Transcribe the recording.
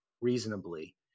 reasonably